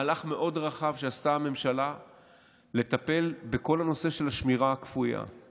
מהלך מאוד רחב שעשתה הממשלה כדי לטפל בכל הנושא של השמירה הכפויה הוא